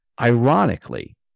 ironically